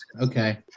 okay